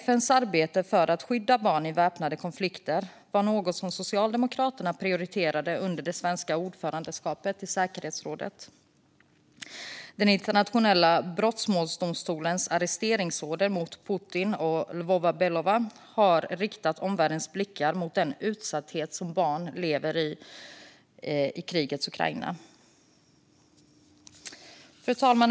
FN:s arbete för att skydda barn i väpnade konflikter var något som Socialdemokraterna prioriterade under det svenska ordförandeskapet i säkerhetsrådet. Den internationella brottmålsdomstolens arresteringsorder mot Putin och Lvova-Belova har också riktat omvärldens blickar mot den utsatthet som barn lever med i krigets Ukraina. Fru talman!